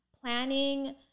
planning